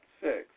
six